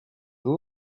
vous